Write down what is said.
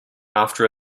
after